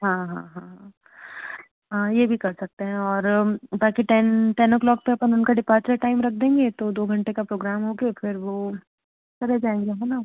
हाँ हाँ हाँ हाँ हाँ ये भी कर सकते हैं और बाकी टेन टेन ओ क्लॉक पर अपन उनका डिपार्चर टाइम रख देंगे तो दो घंटे का प्रोग्राम हो कर फिर वो चले जाएंगे है ना